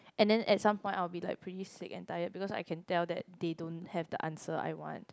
and then at some point I will be like pretty sick and tired because I can tell that they don't have the answer I want